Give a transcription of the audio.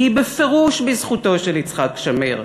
היא בפירוש בזכותו של יצחק שמיר,